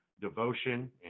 devotion